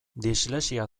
dislexia